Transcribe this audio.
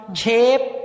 shape